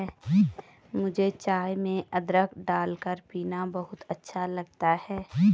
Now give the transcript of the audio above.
मुझे चाय में अदरक डालकर पीना बहुत अच्छा लगता है